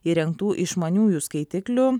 įrengtų išmaniųjų skaitiklių